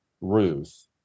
ruth